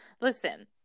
Listen